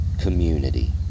community